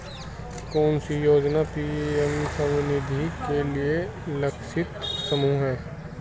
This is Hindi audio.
कौन सी योजना पी.एम स्वानिधि के लिए लक्षित समूह है?